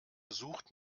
sucht